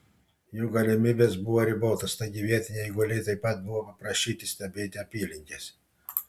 jų galimybės buvo ribotos taigi vietiniai eiguliai taip pat buvo paprašyti stebėti apylinkes